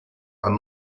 and